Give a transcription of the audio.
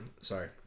Sorry